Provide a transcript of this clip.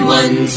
one